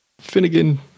Finnegan